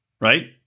right